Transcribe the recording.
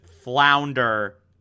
flounder